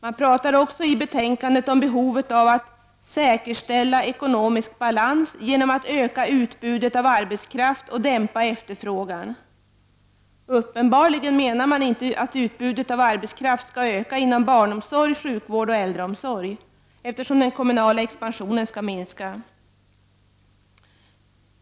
Det talas också i betänkandet om behovet av att säkerställa ekonomisk balans genom att öka utbudet av arbetskraft och dämpa efterfrågan. Uppenbarligen menar man inte att utbudet av arbetskraft skall öka inom barnom sorg, sjukvård och äldreomsorg, eftersom den kommunala expansionen skall minska.